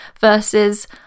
versus